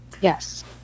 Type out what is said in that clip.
Yes